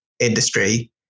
Industry